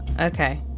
Okay